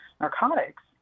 narcotics